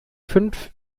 fünf